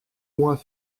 mois